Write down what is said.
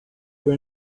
were